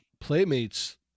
Playmates